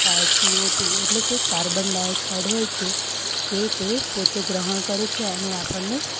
કા CO two એટલે કે કાર્બન ડાયોક્સાઈડ હોય છે તે તે પોતે ગ્રહણ કરે છે અને આપણને